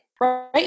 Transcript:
Right